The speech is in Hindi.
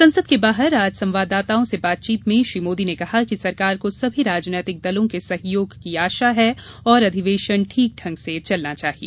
संसद के बाहर आज संवाददाताओं से बातचीत में श्री मोदी ने कहा कि सरकार को सभी राजनीतिक दलों के सहयोग की आशा है और अधिवेशन ठीक ढंग से चलना चाहिए